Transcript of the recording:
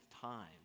time